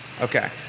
Okay